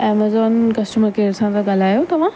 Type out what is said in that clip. Amazon customer care सां था ॻाल्हायो तव्हां